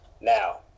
Now